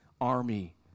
army